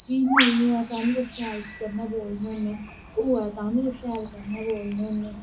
चीज नेईं होऐ तां बी तुस शैल कन्नै बोलने होन्ने होऐ तां बी तुस शैल कन्नै बोलने होन्ने